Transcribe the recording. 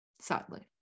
Sadly